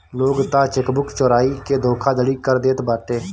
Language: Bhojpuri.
लोग तअ चेकबुक चोराई के धोखाधड़ी कर देत बाटे